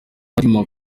matthew